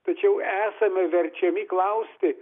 tačiau esame verčiami klausti